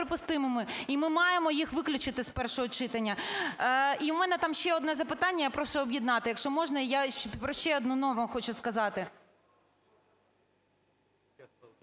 і ми маємо їх виключити з першого читання. І у мене там ще одне запитання, я прошу об'єднати. Якщо можна, я про ще одну норму хочу сказати.